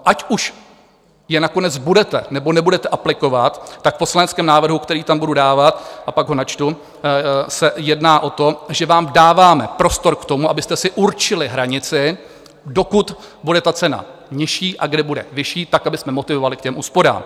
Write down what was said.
Ať už je nakonec budete, nebo nebudete aplikovat, tak v poslaneckém návrhu, který tam budu dávat a pak ho načtu, se jedná o to, že vám dáváme prostor k tomu, abyste si určili hranici, dokud bude ta cena nižší, a kde bude vyšší, tak abychom motivovali k těm úsporám.